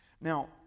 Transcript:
Now